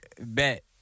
Bet